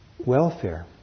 welfare